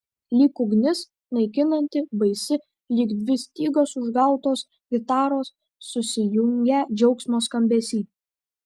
lyg ugnis naikinanti baisi lyg dvi stygos užgautos gitaros susijungę džiaugsmo skambesy